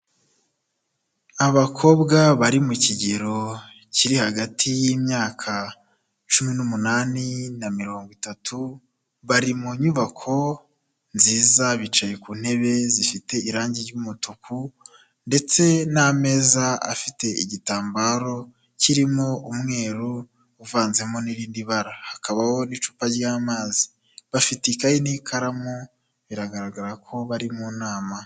Abakobwa bari mu kigero kiri hagati y'imyaka cumi n'umunani na mirongo itatu , bari mu nyubako nziza bicaye ku ntebe zifite irangi ry'umutuku ndetse n'ameza afite igitambaro kirimo umweru uvanzemo n'irindi bara . Hakabaho n'icupa ry'amazi bafite ikaye n'ikaramu biragaragara ko bari mu nama.